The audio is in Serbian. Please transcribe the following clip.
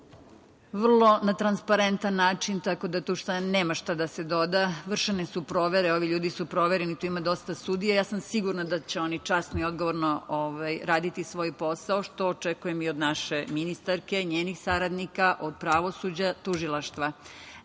vrlo transparentan način, tako da tu nema šta da se doda. Vršene su provere, ovi ljudi su provereni, tu ima dosta sudija. Ja sam sigurna da će oni časno i odgovorno raditi svoj posao, što očekujem i od naše ministarke, njenih saradnika, od pravosuđa i tužilaštva. Naime,